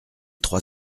trois